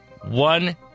One